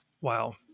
Wow